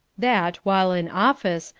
that, while in office,